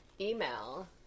email